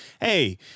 Hey